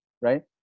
Right